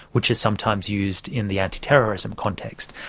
which is sometimes used in the anti-terrorism context.